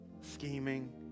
scheming